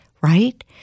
right